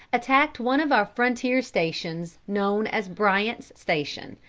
attacked one of our frontier stations, known as bryant's station.